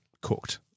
cooked